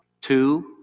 Two